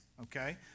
okay